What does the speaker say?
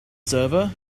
server